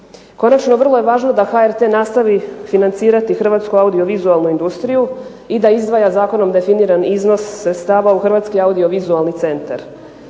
Konačno, vrlo je važno da HRT nastavi financirati hrvatsku audiovizualnu industriju i da izdvaja zakonom definiran iznos sredstava u hrvatski audiovizualni centar.